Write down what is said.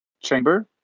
chamber